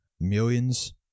millions